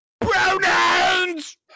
Pronouns